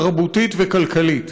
תרבותית וכלכלית,